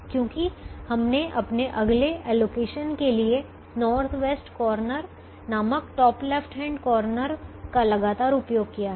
क्योंकि हमने अपने अगले एलोकेशन के लिए नॉर्थ वेस्ट कॉर्नर नामक टॉप लेफ्ट हैंड कॉर्नर का लगातार उपयोग किया है